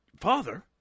Father